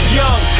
young